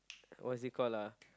what is it call lah